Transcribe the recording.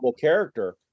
character